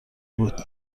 بود